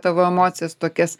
tavo emocijas tokias